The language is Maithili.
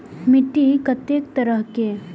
मिट्टी कतेक तरह के?